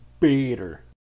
Peter